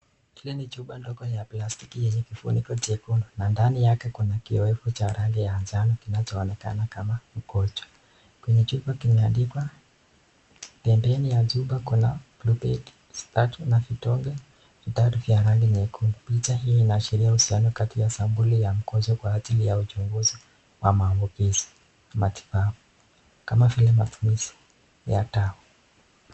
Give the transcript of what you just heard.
Hili ni chupa ndogo ya plastiki yenye kifuniko jekundu na ndani yake kuna kiwevu cha rangi ya njano kinachoonekana kama mkojo, kwenye chupa kimeandikwa pembeni ya chupa kuna lupedi, spado na vitonge vitatu vya rangi nyekundu, picha hii inaashiria uhusiano kati ya sambuli ya mkoso kwa ajili ya uchunguzi wa maambukizi kimatibabu kama vile matumizi ya dawa.